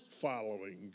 following